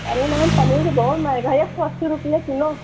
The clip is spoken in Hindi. अरे मैम पनीर तो बहुत महँगा है एक सौ अस्सी रूपए किलो